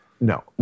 No